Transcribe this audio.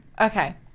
Okay